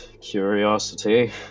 curiosity